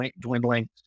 dwindling